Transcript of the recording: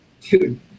Dude